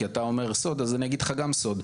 כי אתה אומר "סוד" אז אני אגיד לך גם סוד.